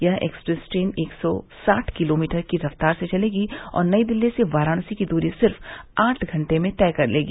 यह express train एक सौ साठ किलोमीटर की रफ़्तार से चलेगी और नई दिल्ली से वाराणसी की दूरी सिर्फ़ आठ घंटे में तय कर लेगी